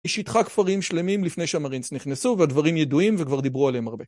היא שטחה כפרים שלמים לפני שמרינס נכנסו והדברים ידועים וכבר דיברו עליהם הרבה.